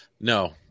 No